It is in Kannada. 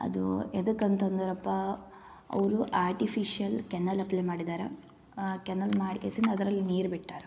ಅದು ಎದಕ್ಕೆ ಅಂತಂದ್ರಪ್ಪ ಅವರು ಆರ್ಟಿಫಿಷಲ್ ಕೆನಲಪ್ಲೆ ಮಾಡಿದರೆ ಕೆನಲ್ ಮಾಡಿ ಕೆಸನ್ ಅದರಲ್ಲಿ ನೀರು ಬಿಟ್ಟಾರಾ